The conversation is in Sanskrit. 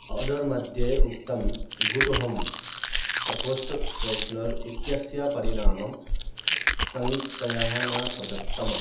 आर्डर् मध्ये उक्तं गुड् हों प्रकोष्ठ फ़्रेश्नर् इत्यस्य परिणामं सम्यक्तया न प्रदत्तम्